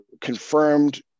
confirmed